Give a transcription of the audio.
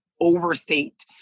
overstate